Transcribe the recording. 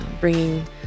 bringing